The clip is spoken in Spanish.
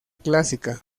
clásica